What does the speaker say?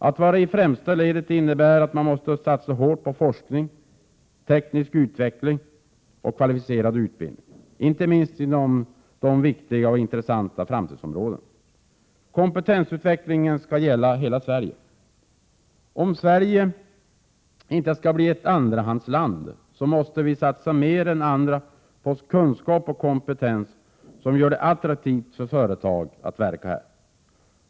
Att vara i främsta ledet innebär att man måste satsa hårt på forskning, teknisk utveckling och kvalificerad utbildning —- inte minst inom viktiga och intressanta framtidsområden. Kompetensutvecklingen skall gälla hela Sverige. För att Sverige inte skall bli ett andrahandsland måste vi satsa mer än andra på kunskap och kompetens, som gör det attraktivt för företag att verka här.